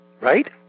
right